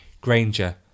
Granger